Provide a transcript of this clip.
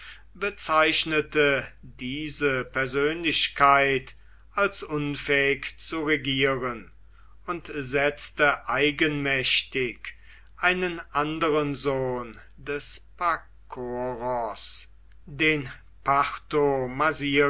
bezeichnete diese persönlichkeit als unfähig zu regieren und setzte eigenmächtig einen anderen sohn des pakoros den